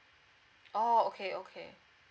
oh okay okay